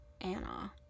Anna